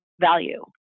value